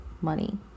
money